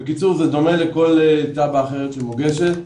זה דומה לכל תב"ע אחרת שמוגשת.